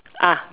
ah